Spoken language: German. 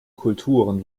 kulturen